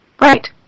Right